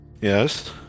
Yes